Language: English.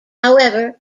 however